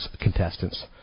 contestants